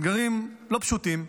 אתגרים לא פשוטים,